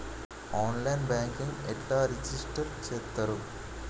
On line banking ఎట్లా register చేత్తరు?